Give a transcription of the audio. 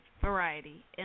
variety